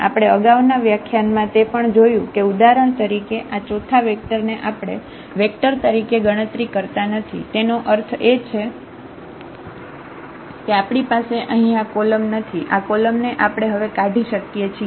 આપણે આગાઉના વ્યાખ્યાન માં તે પણ જોયું કે ઉદાહરણ તરીકે આ ચોથા વેક્ટર ને આપણે વેક્ટર તરીકે ગણતરી કરતા નથી તેનો અર્થ એ છે કે આપણી પાસે અહીં આ કોલમ નથી આ કોલમ ને આપણે હવે કાઢી શકીએ છીએ